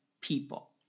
people